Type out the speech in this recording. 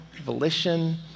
volition